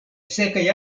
sekaj